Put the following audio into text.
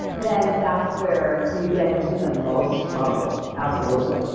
then that's where you get into the most trouble, absolutely.